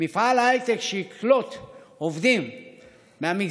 מפעל הייטק שיקלוט עובד מהמגזרים